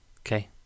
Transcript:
Okay